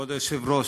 כבוד היושב-ראש,